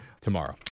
tomorrow